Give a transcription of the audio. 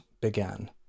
began